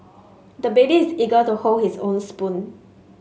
the baby is eager to hold his own spoon